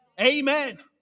Amen